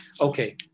Okay